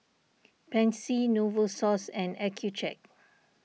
Pansy Novosource and Accucheck